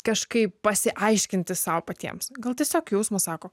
kažkaip pasiaiškinti sau patiems gal tiesiog jausmas sako